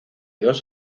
dos